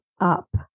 up